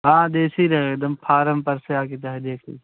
हाँ देसी रहेगा एकदम फारम पर से आकर चाहे देख लें